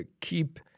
keep